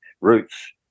roots